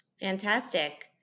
Fantastic